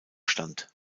stand